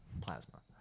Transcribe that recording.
plasma